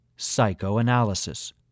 psychoanalysis